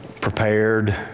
prepared